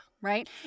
Right